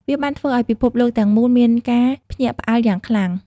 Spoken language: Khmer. វាបានធ្វើឲ្យពិភពលោកទាំងមូលមានការភ្ញាក់ផ្អើលយ៉ាងខ្លាំង។